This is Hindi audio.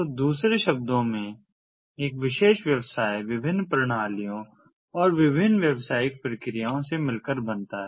तो दूसरे शब्दों में एक विशेष व्यवसाय विभिन्न प्रणालियों और विभिन्न व्यावसायिक प्रक्रियाओं से मिलकर बनता है